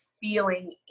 feeling